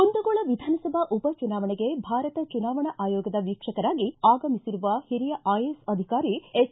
ಕುಂದಗೋಳ ವಿಧಾನಸಭಾ ಉಪಚುನಾವಣೆಗೆ ಭಾರತ ಚುನಾವಣಾ ಆಯೋಗದ ವೀಕ್ಷಕರಾಗಿ ಆಗಮಿಸಿರುವ ಹಿರಿಯ ಐಎಎಸ್ ಅಧಿಕಾರಿ ಎಚ್